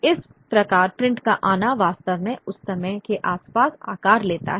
इस प्रकार प्रिंट का आना वास्तव में उस समय के आसपास आकार लेता है